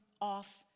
off